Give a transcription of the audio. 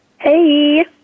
Hey